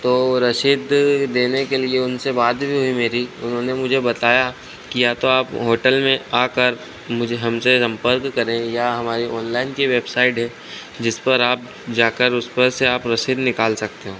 तो रसीद देने के लिए उनसे बात भी हुई मेरी उन्होंने मुझे बताया कि या तो आप होटल में आकर मुझे हमसे सम्पर्क करें या हमारी ऑनलाइन की वेबसाइड है जिसपर आप जाकर उसपर से आप रसीद निकाल सकते हैं